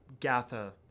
Gatha